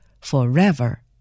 forever